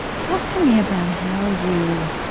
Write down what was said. talk to me about how you